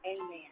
Amen